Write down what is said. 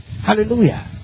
Hallelujah